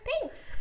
Thanks